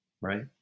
Right